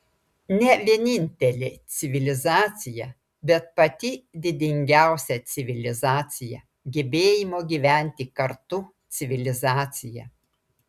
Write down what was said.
ne vienintelė civilizacija bet pati didingiausia civilizacija gebėjimo gyventi kartu civilizacija